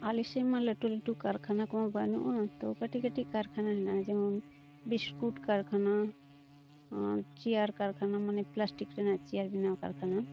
ᱟᱞᱮᱥᱮᱫ ᱢᱟ ᱞᱟᱹᱴᱩ ᱞᱟᱹᱴᱩ ᱠᱟᱨᱠᱷᱟᱱᱟᱠᱚ ᱢᱟ ᱵᱟᱹᱱᱩᱜᱼᱟ ᱛᱳ ᱠᱟᱹᱴᱤᱡ ᱠᱟᱹᱴᱤᱡ ᱠᱟᱨᱠᱷᱟᱱᱟ ᱦᱮᱱᱟᱜᱼᱟ ᱡᱮᱢᱚᱱ ᱵᱤᱥᱠᱩᱴ ᱠᱟᱨᱠᱷᱟᱱᱟ ᱟᱨ ᱪᱮᱭᱟᱨ ᱠᱟᱨᱠᱷᱟᱱᱟ ᱢᱟᱱᱮ ᱯᱞᱟᱥᱴᱤᱠ ᱨᱮᱱᱟᱜ ᱪᱮᱭᱟᱨ ᱵᱮᱱᱟᱣ ᱠᱟᱨᱠᱷᱟᱱᱟ